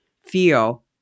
feel